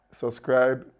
subscribe